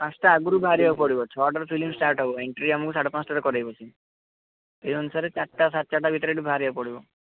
ପାଞ୍ଚଟା ଆଗରୁ ବାହାରିବାକୁ ପଡ଼ିବ ଛଅଟାରୁ ଫିଲ୍ମ ଷ୍ଟାର୍ଟ ହେବ ଏଣ୍ଟ୍ରି ଆମକୁ ସାଢ଼େ ପାଞ୍ଚଟାରେ କରେଇବ ସିଏ ସେଇ ଅନୁସାରେ ଚାରିଟା ସାଢ଼େ ଚାରିଟା ଭିତରେ ଏଇଠୁ ବାହାରିବାକୁ ପଡ଼ିବ